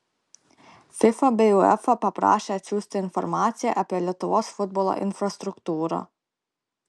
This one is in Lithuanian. fifa bei uefa paprašė atsiųsti informaciją apie lietuvos futbolo infrastruktūrą